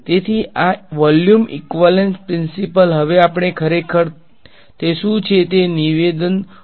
તેથી આ volume equivalence principle હવે આપણે ખરેખર તે શું છે તે નિવેદન હોઈ શકે છે